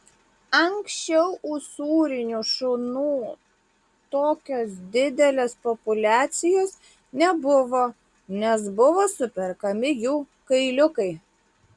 anksčiau usūrinių šunų tokios didelės populiacijos nebuvo nes buvo superkami jų kailiukai